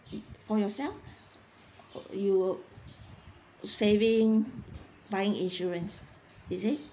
it for yourself err you uh saving buying insurance is it